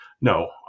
no